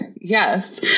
Yes